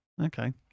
okay